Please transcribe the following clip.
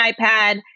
iPad